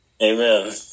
Amen